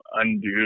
undo